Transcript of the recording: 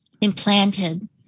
implanted